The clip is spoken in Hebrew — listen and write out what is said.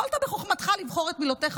יכולת בחוכמתך לבחור את מילותיך,